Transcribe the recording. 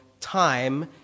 time